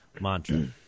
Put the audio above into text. mantra